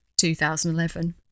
2011